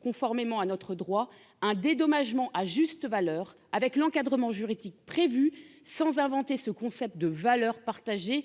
conformément à notre droit un dédommagement à juste valeur avec l'encadrement juridique prévue sans inventé ce concept de valeurs partagées